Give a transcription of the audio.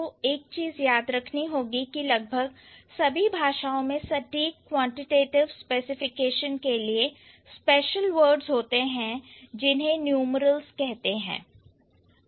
आपको एक चीज याद रखनी होगी कि लगभग सभी भाषाओं में सटीक क्वांटिटेटिव स्पेसिफिकेशन के लिए स्पेशल वर्ड्स होते हैं जिन्हें न्यूमरल्स कहते हैं